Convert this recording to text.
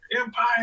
Empire